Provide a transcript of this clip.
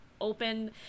open